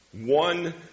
One